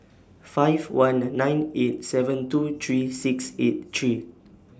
five one nine eight seven two three six eight three